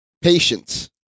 Patience